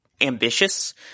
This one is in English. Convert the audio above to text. ambitious